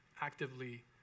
actively